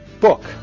book